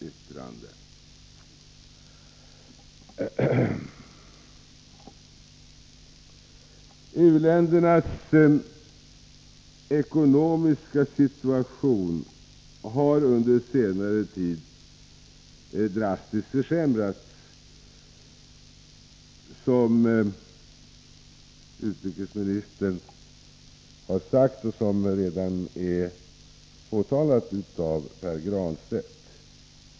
U-ländernas ekonomiska situation har under senare tid drastiskt försämrats, som utrikesministern framhållit i sitt interpellationssvar.